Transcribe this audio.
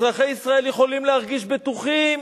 אזרחי ישראל יכולים להרגיש בטוחים